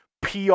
PR